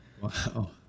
Wow